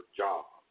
job